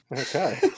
Okay